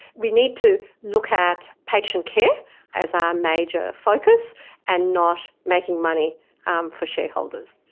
we need to look at patient care as our major focus and not making money um for shareholders.